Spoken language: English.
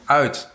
uit